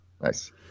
Nice